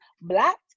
Black